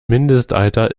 mindestalter